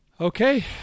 Okay